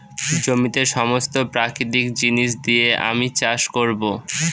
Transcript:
জমিতে সমস্ত প্রাকৃতিক জিনিস দিয়ে আমি চাষ করবো